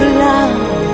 love